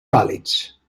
vàlids